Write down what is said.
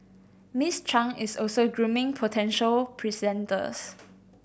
Miss Chang is also grooming potential presenters